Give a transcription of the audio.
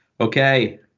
Okay